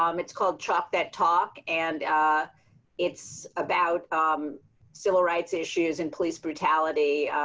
um it's called chop that talk. and ah it's about civil rights issues and police brutality.